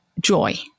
joy